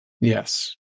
Yes